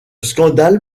scandale